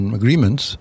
agreements